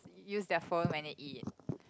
use their phone when they eat